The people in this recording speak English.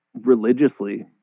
religiously